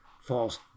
false